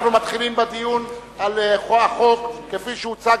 אנחנו מתחילים בדיון על החוק כפי שהוצג